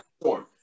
storm